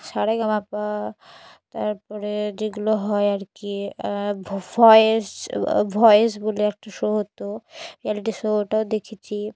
সারেগামাপা তার পরে যেগুলো হয় আর কি ভয়েস ভয়েস বলে একটা শো হতো রিয়ালিটি শো ওটাও দেখেছি